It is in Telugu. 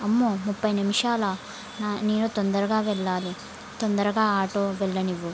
అమ్మో ముప్పై నిమిషాలా నేను తొందరగా వెళ్ళాలి తొందరగా ఆటో వెళ్ళనివ్వు